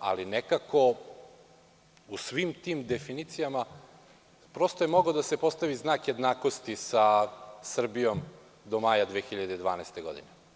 ali nekako u svim tim definicijama mogao je da se postavi znak jednakosti sa Srbijom do maja 2012. godine.